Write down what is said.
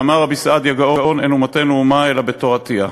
אמר רבי סעדיה גאון: "אין אומתנו אומה אלא בתורותיה".